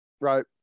Right